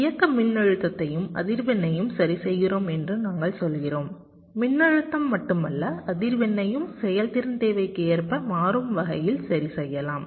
இயக்க மின்னழுத்தத்தையும் அதிர்வெண்ணையும் சரிசெய்கிறோம் என்று நாங்கள் சொல்கிறோம் மின்னழுத்தம் மட்டுமல்ல அதிர்வெண்ணையும் செயல்திறன் தேவைக்கு ஏற்ப மாறும் வகையில் சரிசெய்யலாம்